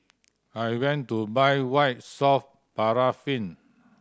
I went to buy White Soft Paraffin